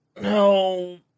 no